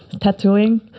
tattooing